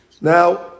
Now